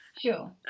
Sure